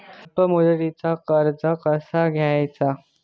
अल्प मुदतीचा कर्ज कसा घ्यायचा?